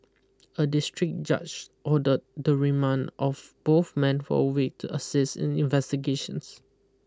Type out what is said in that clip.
a district judge ordered the remand of both men for a week to assist in investigations